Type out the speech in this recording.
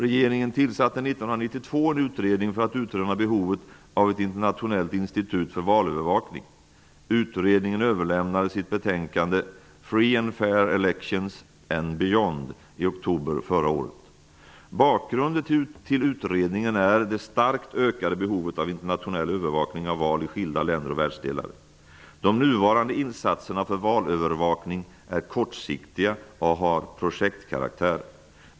Regeringen tillsatte 1992 en utredning för att utröna behovet av ett internationellt institut för valövervakning. Utredningen överlämnade sitt betänkande Free and fair elections and beyond i oktober förra året. Bakgrunden till utredningen är det starkt ökade behovet av internationell övervakning av val i skilda länder och världsdelar. De nuvarande insatserna för valövervakning är kortsiktiga och har projektkaraktär.